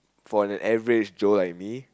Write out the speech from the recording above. for an average joe like me